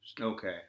Okay